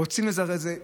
רוצים לזרז את זה.